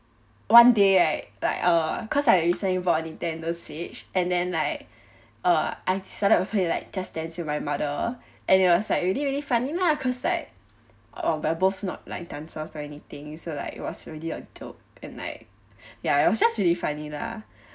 one day right like I uh cause I recently bought a nintendo switch and then like uh I decided to play like uh to just dance with my mother and it was like really really funny lah cause like uh we're both not like dancers or anything so like it was really a joke and like ya it was just really funny lah